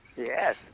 Yes